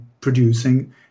producing